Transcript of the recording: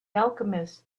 alchemist